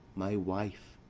my wife!